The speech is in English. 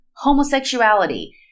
Homosexuality